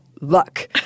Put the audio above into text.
luck